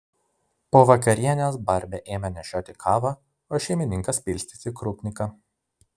po vakarienės barbė ėmė nešioti kavą o šeimininkas pilstyti krupniką